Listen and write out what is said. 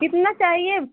कितना चाहिए